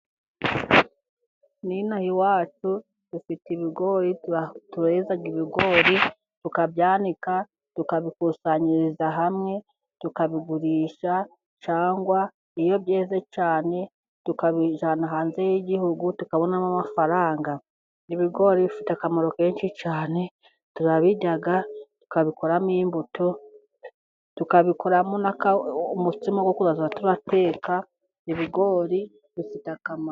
N'ino aha iwacu dufite ibigori. tureza ibigori, tukabyanika, tukabikusanyiriza hamwe, tukabigurisha cyangwa iyo byeze cyane tukabijyana hanze y'Igihugu tukabonamo amafaranga. ibigori bifite akamaro kenshi cyane: Turabirya tukabikoramo imbuto, tukabikoramo n'umutsima wo kuzajya duteka. Ibigori bifite akama...